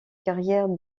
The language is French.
carrière